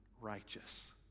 righteous